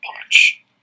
punch